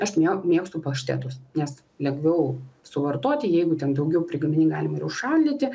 aš me mėgstu paštetus nes lengviau suvartoti jeigu ten daugiau prigamini galima ir užšaldyti